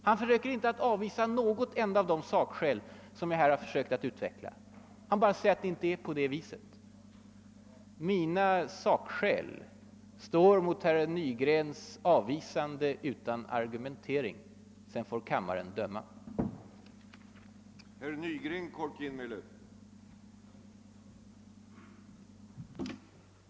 Han försökte inte avvisa ett enda av de sakskäl som jag här utvecklat. Han sade bara att det inte förhåller sig som jag säger. Mina sakskäl står mot herr Nygrens avvisande utan sakskäl. Sedan får kammarens ledamöter döma.